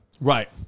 Right